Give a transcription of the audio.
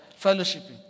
fellowshipping